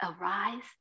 arise